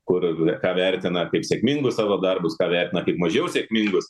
kur ir ką vertina kaip sėkmingus savo darbus ką vertina kaip mažiau sėkmingus